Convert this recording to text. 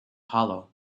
hollow